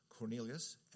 Cornelius